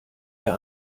der